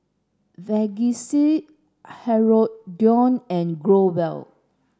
Vagisil Hirudoid and Growell